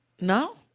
no